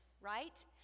right